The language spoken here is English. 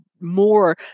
more